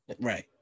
Right